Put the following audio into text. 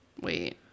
Wait